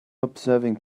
observing